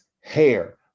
hair